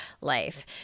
life